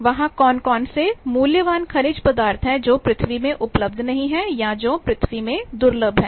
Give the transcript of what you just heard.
वहां कौन कौन से मूल्यवान खनिज पदार्थ हैं जो पृथ्वी में उपलब्ध नहीं हैं या जो पृथ्वी में दुर्लभ हैं